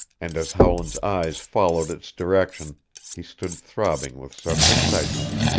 and as howland's eyes followed its direction he stood throbbing with sudden excitement.